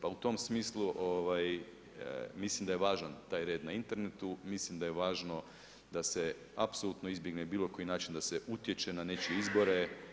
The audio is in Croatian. Pa u tom smislu mislim da je važan taj red na internetu, mislim da je važno da se apsolutno izbjegne bilo koji način da se utječe na nečije izbore.